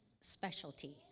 specialty